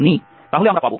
নিই তাহলে আমরা পাব